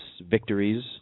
victories